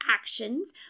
actions